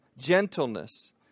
gentleness